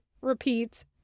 repeats